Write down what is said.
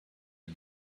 are